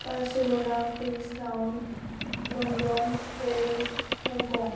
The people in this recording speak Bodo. Barcelona Queenstown London Paris Hong Kong